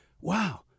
wow